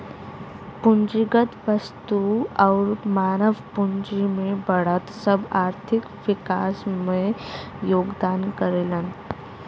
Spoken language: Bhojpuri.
पूंजीगत वस्तु आउर मानव पूंजी में बढ़त सब आर्थिक विकास में योगदान करलन